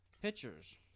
Pitchers